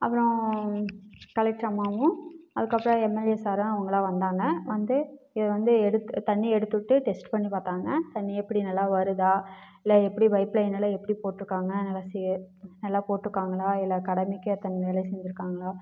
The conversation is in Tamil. அப்புறம் கலெக்டர் அம்மாவும் அதுக்கப்புறம் எம்எல்ஏ சார் அவங்கலாம் வந்தாங்க வந்து இதை வந்து எடுத் தண்ணி எடுத்து விட்டு டெஸ்ட் பண்ணி பார்த்தாங்க தண்ணி எப்படி நல்லா வருதா இல்லை எப்படி பைப் லைனெல்லாம் எப்படி போட்டிருக்காங்க நல்லா சே நல்லா போட்டிருக்காங்களா இல்லை கடமைக்கு உக்காந்து வேலை செஞ்சுருக்காங்களா